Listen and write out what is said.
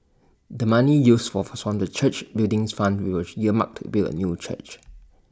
the money used was from the church's buildings fund which were earmarked to build A new church